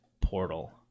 Portal